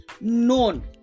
known